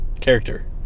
character